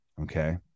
okay